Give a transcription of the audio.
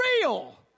real